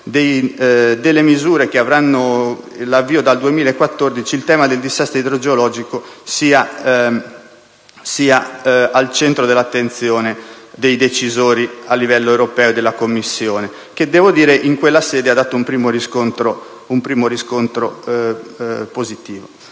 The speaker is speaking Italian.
delle misure che avranno l'avvio dal 2014, il tema del dissesto idrogeologico sia al centro dell'attenzione dei decisori a livello europeo e della Commissione, che devo dire in quella sede ha dato un primo riscontro positivo.